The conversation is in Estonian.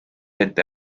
ette